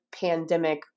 pandemic